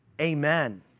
Amen